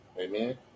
Amen